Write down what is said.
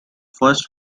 first